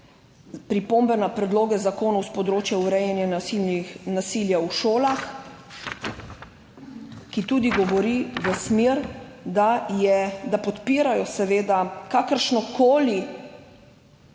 pripombe na predloge zakonov s področja urejanja nasilja v šolah, ki tudi govori v smer, da podpirajo seveda kakršnokoli